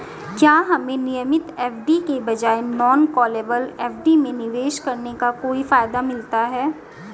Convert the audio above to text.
क्या हमें नियमित एफ.डी के बजाय नॉन कॉलेबल एफ.डी में निवेश करने का कोई फायदा मिलता है?